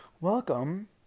welcome